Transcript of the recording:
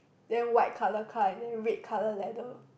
then white colour car and then red colour leather